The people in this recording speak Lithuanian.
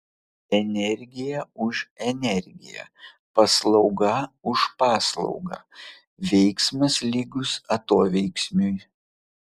energija už energiją paslauga už paslaugą veiksmas lygus atoveiksmiui